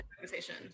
conversation